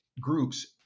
groups